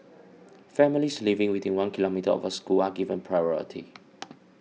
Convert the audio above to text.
families living within one kilometre of a school are given priority